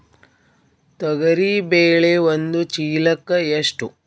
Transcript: ತೊಗರಿ ಬೇಳೆ ಒಂದು ಚೀಲಕ ಎಷ್ಟು?